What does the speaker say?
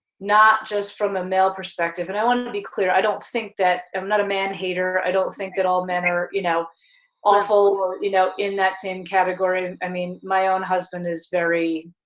not just from the male perspective, and i want to be clear, i don't think that, i'm not a man-hater. i don't think that all men are you know awful or you know in that same category. i mean, my own husband is very,